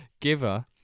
Giver